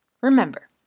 Remember